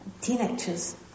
teenagers